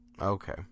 Okay